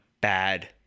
bad